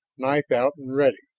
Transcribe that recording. knife out and ready.